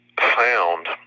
found